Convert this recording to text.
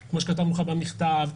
כמו שכתבנו לך במכתב,